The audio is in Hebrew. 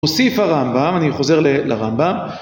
הוסיף הרמב"ם, אני חוזר לרמב"ם